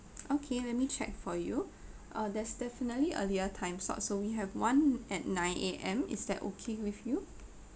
okay let me check for you uh there's definitely earlier time slot so we have one at nine A_M is that okay with you